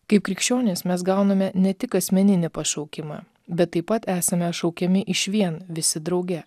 kaip krikščionys mes gauname ne tik asmeninį pašaukimą bet taip pat esame šaukiami išvien visi drauge